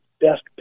best